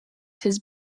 his